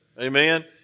amen